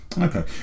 Okay